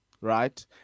Right